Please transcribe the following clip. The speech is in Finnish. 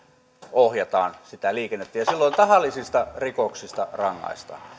ohjataan sitä liikennettä ja silloin tahallisista rikoksista rangaistaan